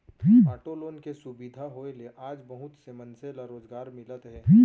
auto loan के सुबिधा होए ले आज बहुत से मनसे ल रोजगार मिलत हे